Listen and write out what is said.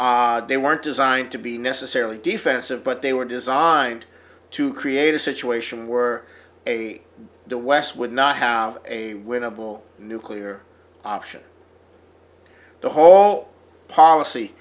y they weren't designed to be necessarily defensive but they were designed to create a situation where a the west would not have a winnable nuclear option to halt policy